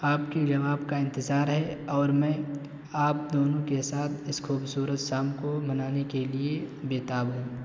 آپ کے جواب کا انتظار ہے اور میں آپ دونوں کے ساتھ اس خوبصورت شام کو منانے کے لیے بیتاب ہوں